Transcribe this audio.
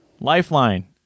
Lifeline